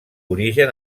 origen